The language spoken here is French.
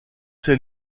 ces